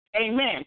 Amen